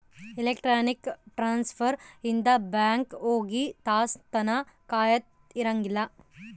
electronic transfer ಇಂದ bank ಹೋಗಿ ತಾಸ್ ತನ ಕಾಯದ ಇರಂಗಿಲ್ಲ